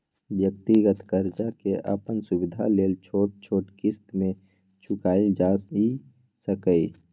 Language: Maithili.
व्यक्तिगत कर्जा के अपन सुविधा लेल छोट छोट क़िस्त में चुकायल जाइ सकेए